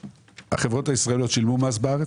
החברות הישראליות שילמו מס בארץ?